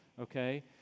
Okay